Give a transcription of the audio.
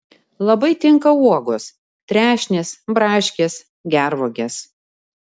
labai tinka uogos trešnės braškės gervuogės